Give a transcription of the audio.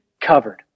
covered